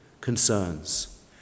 concerns